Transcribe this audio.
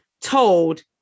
told